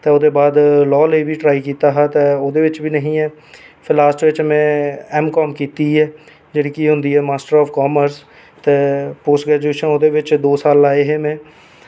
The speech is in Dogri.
ते ओह्दे बाद लाॅ लेई बी ट्राई कीता हा ते ओह्दे बिच बी नेईं ही लास्ट बिच में एम काॅम कीती ऐ जेह्डी कि होंदी ऐ master of commerce post graduation ओह्दे बिच दो साल लाए हे में